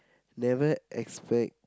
never expect